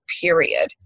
period